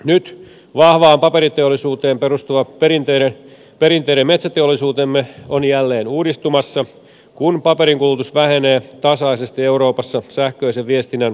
nyt vahvaan paperiteollisuuteen perustuva perinteinen metsäteollisuutemme on jälleen uudistumassa kun paperin kulutus vähenee tasaisesti euroopassa sähköisen viestinnän korvatessa paperia